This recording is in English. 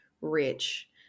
rich